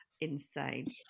Insane